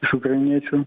iš ukrainiečių